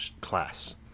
class